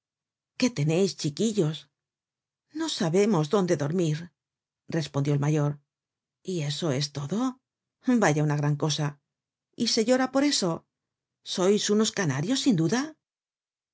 qué teneis chiquillos no sabemos dónde dormir respondió el mayor y es eso todo vaya una gran cosa y se llora por eso sois unos canarios sin duda